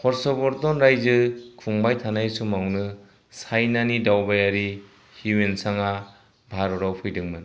हर्षवर्धन रायजो खुंबाय थानाय समावनो चाइनानि दावबायारि हिवेन्टचांआ भारताव फैदोंमोन